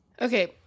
Okay